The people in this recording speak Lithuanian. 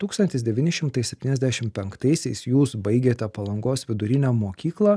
tūkstantis devyni šimtai septyniasdešim penktaisiais jūs baigėte palangos vidurinę mokyklą